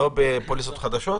לא בחדשות?